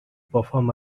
perform